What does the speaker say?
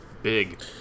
Big